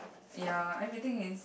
ya everything is